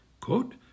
Quote